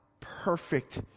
perfect